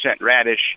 radish